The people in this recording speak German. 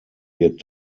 wird